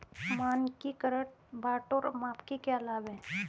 मानकीकृत बाट और माप के क्या लाभ हैं?